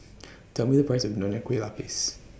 Tell Me The Price of Nonya Kueh Lapis